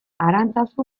arantzazu